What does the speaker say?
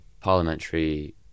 parliamentary